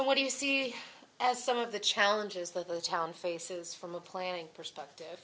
and what do you see as some of the challenges that those town faces from a planning perspective